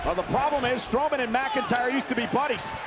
ah the problem is strowman and mcintyre used to be buddies.